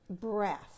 breath